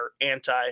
anti